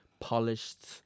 polished